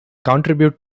contribute